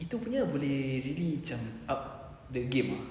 itu punya boleh really macam up the game ah